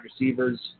receivers